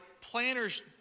planners